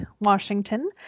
Washington